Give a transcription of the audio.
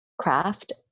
craft